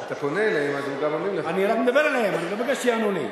אתה פונה אליהם, אז הם גם עונים לך.